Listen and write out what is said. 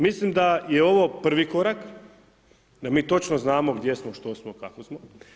Mislim da je ovo prvi korak, da mi točno znamo gdje smo, što smo, kako smo.